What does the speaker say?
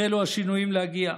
החלו השינויים להגיע.